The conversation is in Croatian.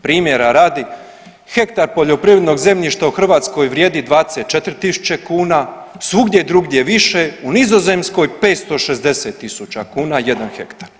Primjera radi, hektar poljoprivrednog zemljišta u Hrvatskoj vrijedi 24.000 kuna, svugdje drugdje više u Nizozemskoj 560.000 jedan hektar.